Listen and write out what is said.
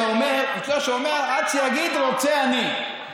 והוא אומר: עד שיגיד רוצה אני.